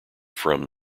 from